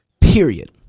Period